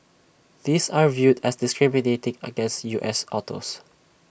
these are viewed as discriminating against U S autos